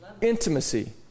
Intimacy